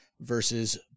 versus